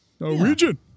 Norwegian